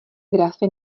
grafy